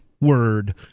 word